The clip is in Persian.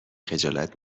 خجالت